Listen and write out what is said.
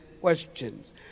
questions